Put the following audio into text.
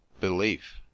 belief